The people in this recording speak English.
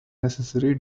necessary